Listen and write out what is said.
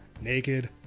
naked